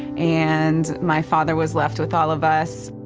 and my father was left with all of us.